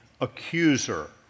accuser